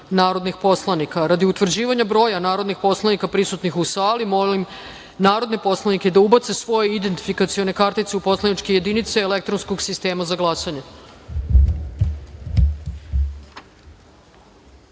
narodnih poslanika. Radi utvrđivanja broja narodnih poslanika prisutnih u sali, molim narodne poslanike da ubace svoje identifikacione kartice u poslaničke jedinice elektronskog sistema za